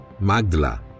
Magdala